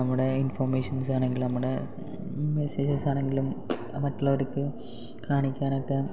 നമ്മുടെ ഇൻഫോർമേഷൻസ് ആണെങ്കിലും നമ്മുടെ മെസ്സേജസാണെങ്കിലും അത് മറ്റുള്ളവർക്ക് കാണിക്കാനൊക്കെ